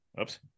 Oops